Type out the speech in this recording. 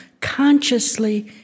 consciously